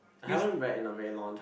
I haven't read in a very long time